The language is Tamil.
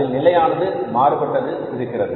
அதில் நிலையானது மாறுபட்டது இருக்கிறது